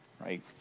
right